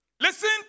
Listen